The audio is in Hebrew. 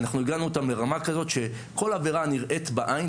אנחנו הגענו איתם לרמה כזאת שכל עבירה נראית בעין,